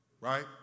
Right